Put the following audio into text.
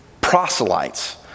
proselytes